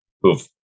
who've